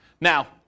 Now